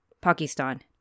Pakistan